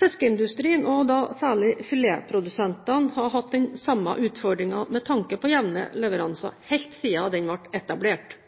Fiskeindustrien, og da særlig filetprodusentene, har hatt den samme utfordringen med tanke på jevne leveranser helt siden den ble etablert.